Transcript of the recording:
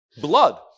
Blood